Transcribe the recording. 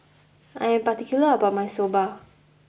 I am particular about my Soba